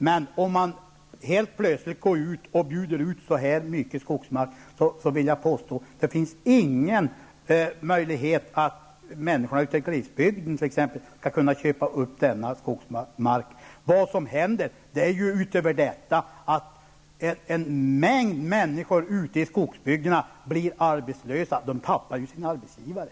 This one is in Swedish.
Men om man helt plötsligt bjuder ut så här mycket skogsmark vill jag påstå att det inte finns någon möjlighet för människorna i glesbygden att köpa denna skogsmark. Vad som händer utöver detta är att en mängd människor i skogsbygderna blir arbetslösa -- de förlorar ju sin arbetsgivare.